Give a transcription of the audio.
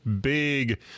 Big